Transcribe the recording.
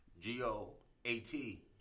G-O-A-T